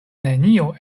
nenio